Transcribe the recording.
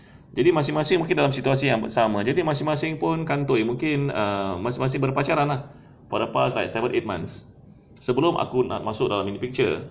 jadi masing-masing mungkin dalam situasi yang sama jadi masing-masing pun kantoi mungkin uh masing-masing berpacaran ah for the past like seven eight months sebelum aku nak masuk dalam picture